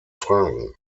fragen